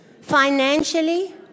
financially